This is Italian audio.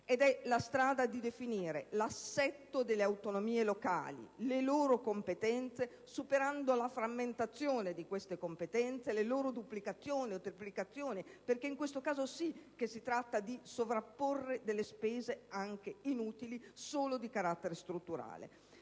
Ed è la strada di definire l'assetto delle autonomie locali e le loro competenze, superando la frammentazione di queste competenze, le loro duplicazioni o triplicazioni perché in questo caso, sì, che si tratta di sovrapporre delle spese, anche inutili, solo di carattere strutturale.